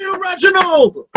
Reginald